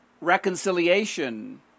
reconciliation